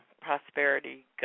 prosperity